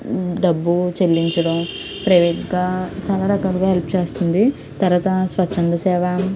డబ్బు చెల్లించడం ప్రైవేట్గా చాలా రకాలుగా హెల్ప్ చేస్తుంది తర్వాత స్వచ్ఛంద సేవ